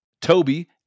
Toby